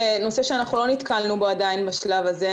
זה נושא שאנחנו לא נתקלנו בו עדיין בשלב הזה.